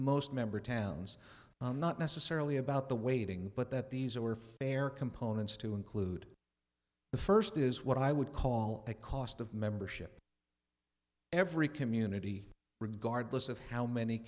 most member towns not necessarily about the weighting but that these are fair components to include the first is what i would call the cost of membership every community regardless of how many